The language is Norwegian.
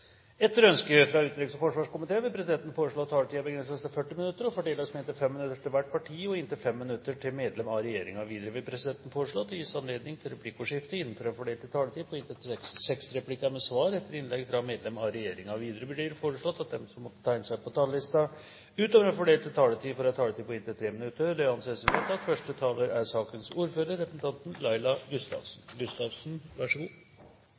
Etter ønske fra utenriks- og forsvarskomiteen vil presidenten foreslå at taletiden begrenses til 40 minutter og fordeles med inntil 5 minutter til hvert parti og inntil 5 minutter til medlem av regjeringen. Videre vil presidenten foreslå at det gis anledning til replikkordskifte på inntil seks replikker med svar etter innlegg fra medlem av regjeringen innenfor den fordelte taletid. Videre blir det foreslått at de som måtte tegne seg på talerlisten utover den fordelte taletid, får en taletid på inntil 3 minutter. – Det anses vedtatt.